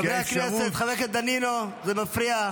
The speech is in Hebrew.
חבר הכנסת דנינו, זה מפריע.